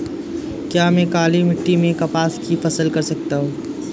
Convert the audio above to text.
क्या मैं काली मिट्टी में कपास की फसल कर सकता हूँ?